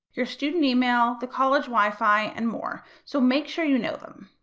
your student email, the college wifi, and more, so make sure you know them.